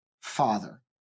Father